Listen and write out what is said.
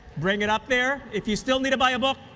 bring it up there. if you still need to buy a book,